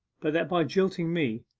but that by jilting me,